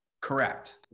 Correct